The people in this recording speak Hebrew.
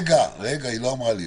רגע, היא לא אמרה לי עוד.